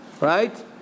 right